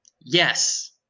Yes